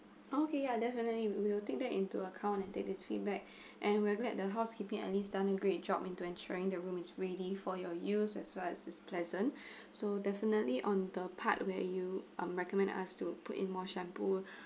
okay ya definitely will take that into account and take this feedback and we're glad the housekeeping at least done a great job into ensuring the room is ready for your use as well as is pleasant so definitely on the part where you recommend us to put in more shampoo